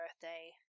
birthday